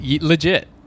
Legit